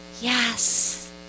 Yes